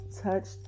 touched